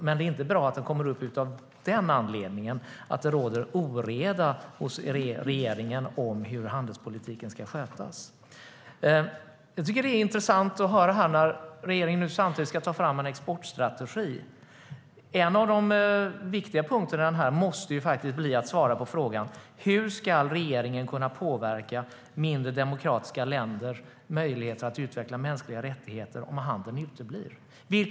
Men det är inte bra att den kommer upp av den anledningen, på grund av att det råder oreda hos regeringen om hur handelspolitiken ska skötas. När regeringen nu ska ta fram en exportstrategi måste en av de viktiga punkterna bli att svara på hur regeringen ska kunna påverka mindre demokratiska länders möjligheter att utveckla mänskliga rättigheter om handeln uteblir - det ska bli intressant att höra.